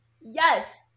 Yes